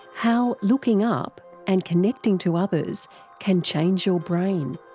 how looking up and connecting to others can change your brain.